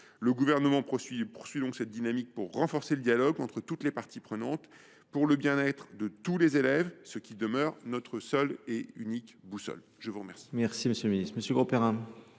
Le Gouvernement poursuit donc cette dynamique de renforcement du dialogue entre toutes les parties prenantes, et ce pour le bien être de tous les élèves, qui demeure notre seule et unique boussole. La parole